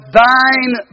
thine